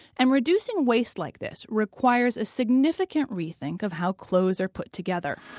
and reducing waste like this requires a significant rethink of how clothes are put together